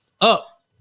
up